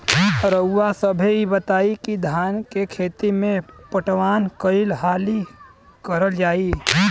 रउवा सभे इ बताईं की धान के खेती में पटवान कई हाली करल जाई?